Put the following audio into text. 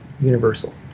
universal